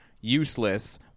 useless